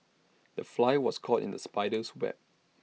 the fly was caught in the spider's web